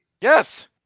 yes